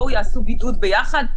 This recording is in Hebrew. אז יעשו בידוד ביחד,